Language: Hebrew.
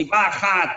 סיבה אחת: